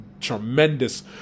tremendous